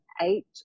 eight